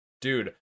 Dude